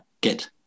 get